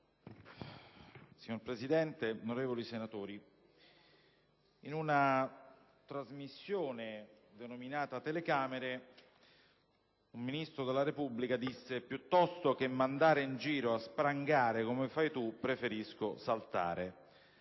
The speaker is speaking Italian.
Signora Presidente, onorevoli senatori, in una trasmissione denominata "Telecamere" un Ministro della Repubblica disse: «Piuttosto che mandare in giro a sprangare come fai tu, preferisco saltare».